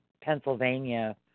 Pennsylvania